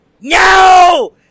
No